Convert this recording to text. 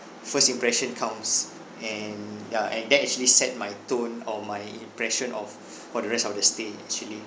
first impression counts and ya and that actually set my tone or my impression of for the rest of the stay actually